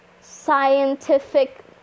scientific